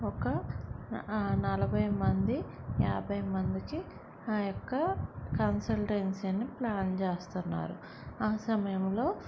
ఒక నలభై మంది యాభై మందికి ఆ యొక్క కన్సల్టెన్సీ అని ప్లాన్ చేస్తున్నారు ఆ సమయంలో